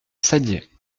saddier